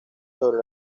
sobre